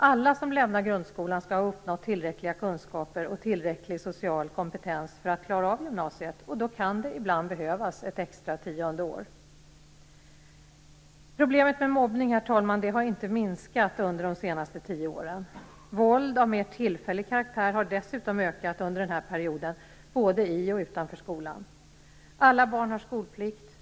Alla som lämnar grundskolan skall ha uppnått tillräckliga kunskaper och tillräcklig social kompetens för att klara av gymnasiet, och då kan det ibland behövas ett extra, tionde år. Problemet med mobbning, herr talman, har inte minskat under de senaste tio åren. Våld av mer tillfällig karaktär har dessutom ökat i omfattning under denna period både i och utanför skolan. Alla barn har skolplikt.